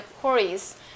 queries